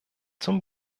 zum